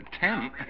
Ten